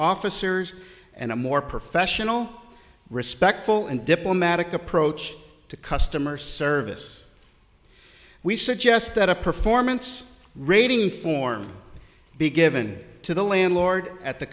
officers and a more professional respectful and diplomatic approach to customer service we suggest that a performance rating form be given to the landlord at the